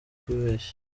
kubeshya